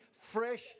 fresh